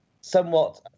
somewhat